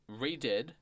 redid